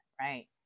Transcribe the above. right